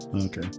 okay